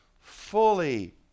fully